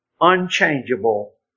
unchangeable